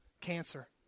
cancer